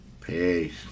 Peace